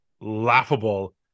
laughable